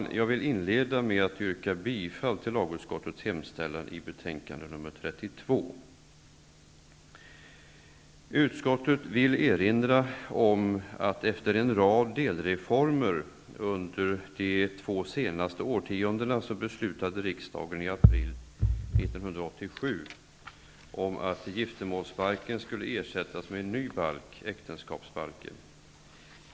Jag vill inleda med att yrka bifall till lagutskottets hemställan i betänkande nr 32. Utskottet vill erinra om att efter en rad delreformer under de två senaste årtiondena, beslutade riksdagen i april 1987 att giftermålsbalken skulle ersättas med en ny balk, äktenskapsbalken.